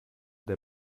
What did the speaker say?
der